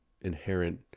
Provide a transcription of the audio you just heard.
inherent